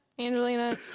Angelina